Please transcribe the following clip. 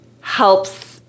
helps